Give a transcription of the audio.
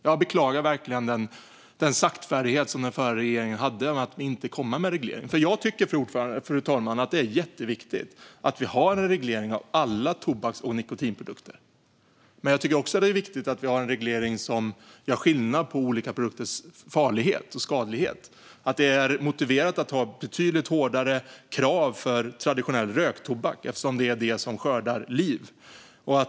Jag beklagar verkligen den saktfärdighet som den förra regeringen visade när man inte kom med en reglering, fru talman, för jag tycker att det är jätteviktigt att vi har en reglering av alla tobaks och nikotinprodukter. Jag tycker dock att det är viktigt att vi har en reglering som gör skillnad på olika produkters farlighet och skadlighet. Det är motiverat att ha betydligt hårdare krav för traditionell röktobak eftersom det är den som skördar liv.